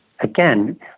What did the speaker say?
again